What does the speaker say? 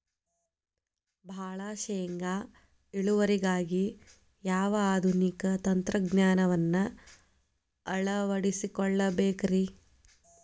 ಭಾಳ ಶೇಂಗಾ ಇಳುವರಿಗಾಗಿ ಯಾವ ಆಧುನಿಕ ತಂತ್ರಜ್ಞಾನವನ್ನ ಅಳವಡಿಸಿಕೊಳ್ಳಬೇಕರೇ?